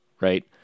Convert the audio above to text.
right